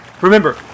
Remember